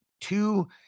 two